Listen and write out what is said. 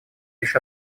лишь